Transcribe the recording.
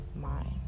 mind